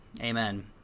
amen